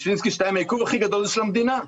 בששינסקי 2 העיכוב הכי גדול זה של המדינה.